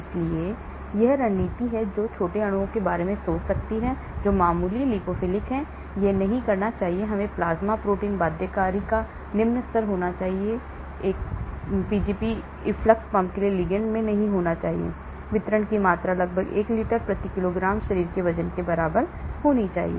इसलिए यह वह रणनीति है जो छोटे अणुओं के बारे में सोच सकती है जो मामूली लिपोफिलिक है यह नहीं करना चाहिए इसमें प्लाज्मा प्रोटीन बाध्यकारी का निम्न स्तर होना चाहिए यह पीजीपी एफ्लक्स पंप के लिए लिगैंड में नहीं होना चाहिए वितरण की मात्रा लगभग 1 लीटर प्रति किलोग्राम शरीर के वजन के बराबर होनी चाहिए